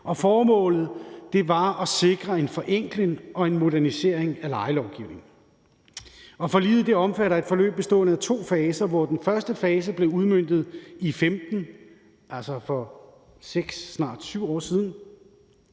formålet var at sikre en forenkling og en modernisering af lejelovgivningen. Forliget omfatter et forløb bestående af to faser, hvor den første fase blev udmøntet i 2015, altså for 6 år eller snart